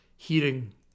hearing